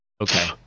okay